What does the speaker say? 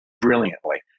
brilliantly